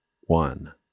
one